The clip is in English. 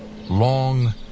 long